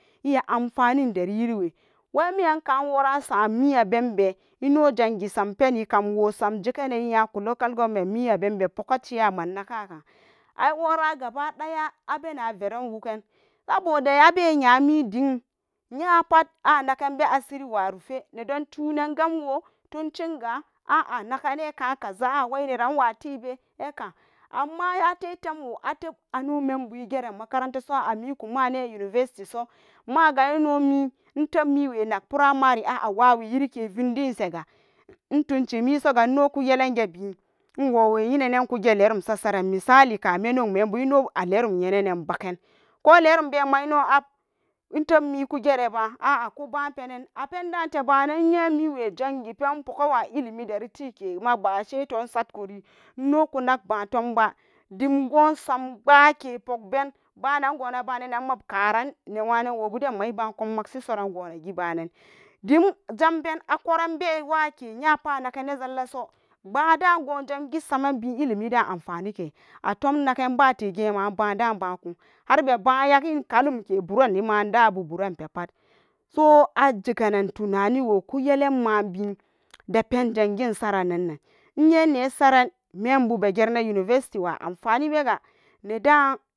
Iya anfanin deri yiriwe wemiyanka worasam miya benbe ino gangisam peni kamwo sam jeke neni iyaku local government ni abenbe poga chairman nakaka, aiwora gaba daga abena veran wugen saboda abe nyamidin yapat anakenbe asiriwo arufe, nedon tunengamwo tuncin ga a'a nakanekakaza a waineran watibe eka, amma ate temwo ateb ano membu igeran makarantaso a'a mikumane university so maga ino mi itebmiwe nag primary a'a wawi yirike vindin sega intunci misoga ino kuyelenge bin iwowi yinanan kugeyinan lerum sasageran misali ka menyaw membu ino alerum yenenen baken ko lerum bema ino itubmi kugere ba'an a'a kubapeneu apendate banan iye miwe jangipen pogawa ilimi deri tike mabashe satkuri inokunag batumba dimgosam bgake pogben banangona banenanma karan newanan wobudenma ibakum magsi soranma ige banan dim jamben akwaranbe wake yapat anakene zallaso bgada gon jangi samenbi ilimidan anfanike, atumnaganbate gema bada bakun harbe bayagen ka'umke buran ma dabu buran pat, so ajegenan tunaniwo kuyelan mabi depen jangin saran nannan iye nesaren membu begereni university wa anfanibega neda.